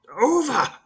Over